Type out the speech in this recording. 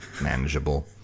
manageable